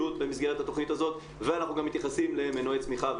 אנחנו נתנו את מה שנתנו כרגע.